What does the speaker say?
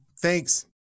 Thanks